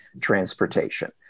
transportation